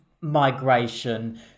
migration